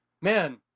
man